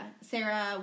Sarah